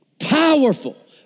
Powerful